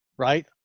right